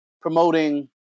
promoting